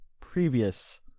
previous